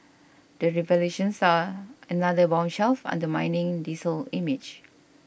the revelations are another bombshell undermining diesel image